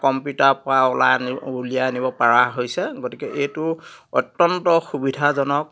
কম্পিউটাৰৰ পৰা ওলাই আনিব উলিয়াই আনিব পাৰা হৈছে গতিকে এইটো অত্যন্ত সুবিধাজনক